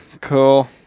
Cool